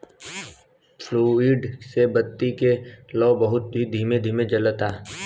fluid से बत्ती के लौं बहुत ही धीमे धीमे जलता